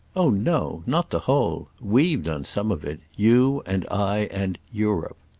oh no not the whole. we've done some of it. you and i and europe.